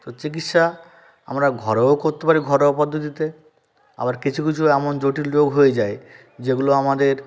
তো চিকিৎসা আমরা ঘরেও করতে পারি ঘরোয়া পদ্ধতিতে আবার কিছু কিছু এমন জটিল রোগ হয়ে যায় যেগুলো আমাদের